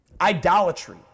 Idolatry